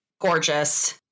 gorgeous